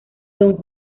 don